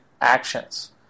actions